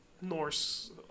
norse